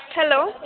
hello